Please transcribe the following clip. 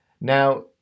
Now